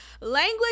language